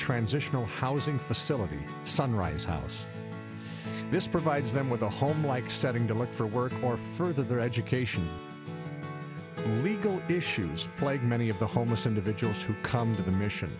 transitional housing facility sunrise house this provides them with a home like setting to look for work or further education legal issues plague many of the homeless individuals who come to the mission